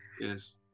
Yes